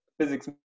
physics